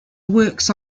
works